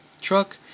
truck